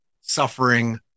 suffering